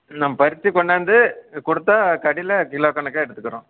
நான் பறித்து கொண்டாந்து கொடுத்தா கடையில் கிலோ கணக்காக எடுத்துக்கிறோம்